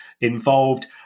involved